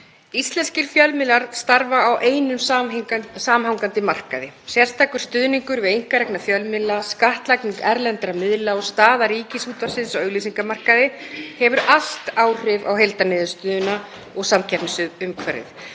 Íslenskir fjölmiðlar starfa á einum samhangandi markaði. Sérstakur stuðningur við einkarekna fjölmiðla, skattlagning erlendra miðla og staða Ríkisútvarpsins á auglýsingamarkaði hefur allt áhrif á heildarniðurstöðuna og samkeppnisumhverfið.